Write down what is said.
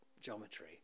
geometry